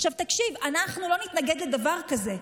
עכשיו, תקשיב, אנחנו לא נתנגד לדבר כזה.